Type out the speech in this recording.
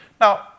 Now